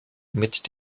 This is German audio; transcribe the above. mit